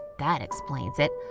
that explains it.